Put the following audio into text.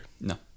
No